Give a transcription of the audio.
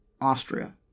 Austria